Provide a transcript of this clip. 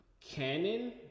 canon